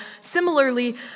Similarly